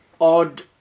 odd